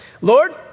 Lord